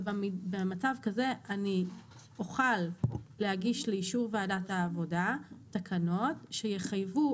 ובמצב כזה אני אוכל להגיש לאישור ועדת העבודה תקנות שיחייבו,